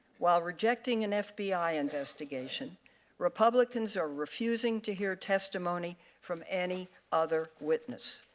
while rejecting an fbi investigation republicans are refusing to hear testimony from any other witness,